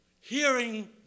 Hearing